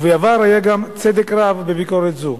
ובעבר היה גם צדק רב בביקורת זו.